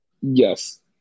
Yes